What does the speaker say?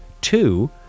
Two